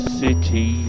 city